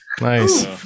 nice